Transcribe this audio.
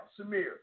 Samir